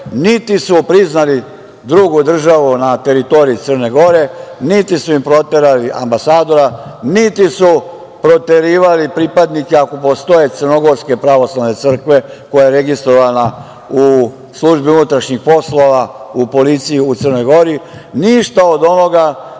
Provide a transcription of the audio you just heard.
niti su priznali drugu državu na teritoriji Crne Gore, niti su im proterali ambasadora, niti su proterivali pripadnike, ako postoje, crnogorske pravoslavne crkve koja je registrovana u službi unutrašnjih poslova i policiji u Crnoj Gori, ništa od ovoga,